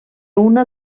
una